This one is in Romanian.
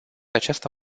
această